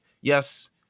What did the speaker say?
yes